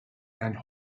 and